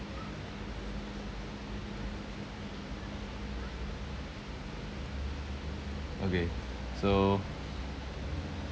okay so